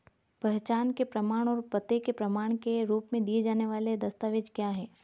पहचान के प्रमाण और पते के प्रमाण के रूप में दिए जाने वाले दस्तावेज क्या हैं?